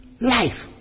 Life